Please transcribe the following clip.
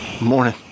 morning